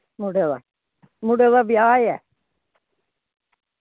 मुड़े दा मुड़े दा ब्याह् ऐ